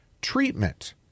Treatment